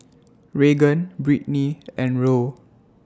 Raegan Britny and Roll